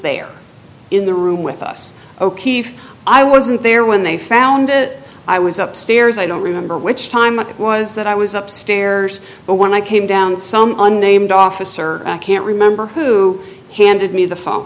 there in the room with us o'keefe i wasn't there when they found it i was up stairs i don't remember which time it was that i was up stairs but when i came down some unnamed officer can't remember who handed me the phone